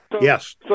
Yes